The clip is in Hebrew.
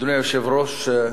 אדוני היושב-ראש,